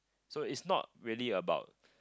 so is not really about